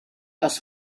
aus